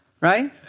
right